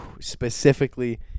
Specifically